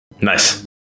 Nice